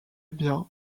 bien